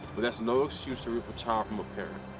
but that's no excuse to rip child from a parent.